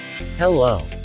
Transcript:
Hello